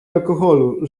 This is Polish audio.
alkoholu